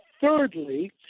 thirdly